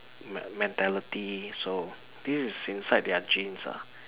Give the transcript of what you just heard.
m~ mentality so this is inside their genes lah